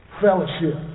Fellowship